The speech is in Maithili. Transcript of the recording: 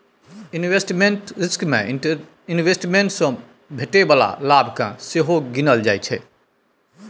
इन्वेस्टमेंट रिस्क मे इंवेस्टमेंट सँ भेटै बला लाभ केँ सेहो गिनल जाइ छै